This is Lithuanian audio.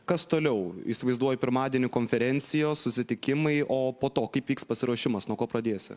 kas toliau įsivaizduoji pirmadienį konferencijos susitikimai o po to kaip vyks pasiruošimas nuo ko pradėsi